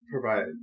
provide